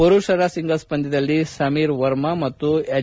ಪುರುಷರ ಸಿಂಗಲ್ಲ್ ಪಂದ್ಯದಲ್ಲಿ ಸಮೀರ್ ವರ್ಮಾ ಮತ್ತು ಎಚ್